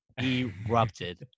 erupted